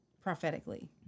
prophetically